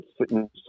sitting